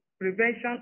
Prevention